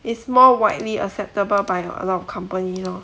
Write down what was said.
is more widely acceptable by a lot of company lor